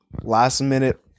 last-minute